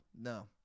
No